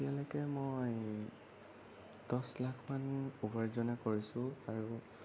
এতিয়ালৈকে মই দহ লাখমান উপাৰ্জনেই কৰিছোঁ আৰু